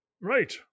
Right